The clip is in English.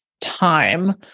time